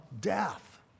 death